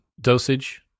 dosage